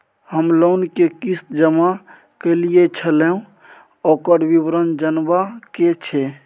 हम लोन के किस्त जमा कैलियै छलौं, ओकर विवरण जनबा के छै?